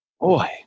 boy